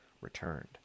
returned